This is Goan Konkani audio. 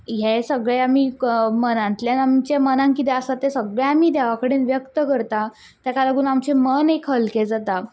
हें सगळें आमी मनांतल्यान आमचे मनान किदें आसा तें सगळें आमी देवा कडेन व्यक्त करता ताका लागून आमचें मन एक हलकें जाता